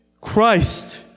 Christ